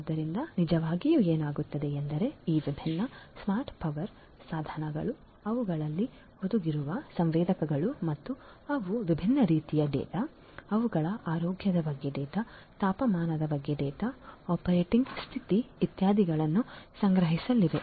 ಆದ್ದರಿಂದ ನಿಜವಾಗಿಯೂ ಏನಾಗುತ್ತಿದೆ ಎಂದರೆ ಈ ವಿಭಿನ್ನ ಸ್ಮಾರ್ಟ್ ಪವರ್ ಸಾಧನಗಳು ಅವುಗಳಲ್ಲಿ ಹುದುಗಿರುವ ಸಂವೇದಕಗಳು ಮತ್ತು ಅವು ವಿಭಿನ್ನ ರೀತಿಯ ಡೇಟಾ ಅವುಗಳ ಆರೋಗ್ಯದ ಬಗ್ಗೆ ಡೇಟಾ ತಾಪಮಾನದ ಬಗ್ಗೆ ಡೇಟಾ ಆಪರೇಟಿಂಗ್ ಸ್ಥಿತಿ ಇತ್ಯಾದಿಗಳನ್ನು ಸಂಗ್ರಹಿಸಲಿವೆ